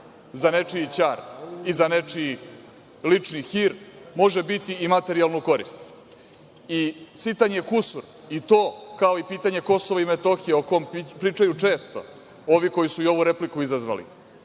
za nečiji ćar i za nečiji lični hir, može biti i materijalnu korist. Sitan je kusur i to kao i pitanje Kosova i Metohije, o kome pričaju često ovi koji su ovu repliku izazvali.